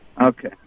Okay